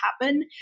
happen